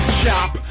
chop